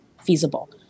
feasible